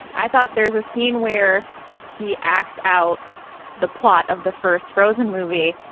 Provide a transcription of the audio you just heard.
i thought there's a scene where he acts out the plot of the first frozen movie,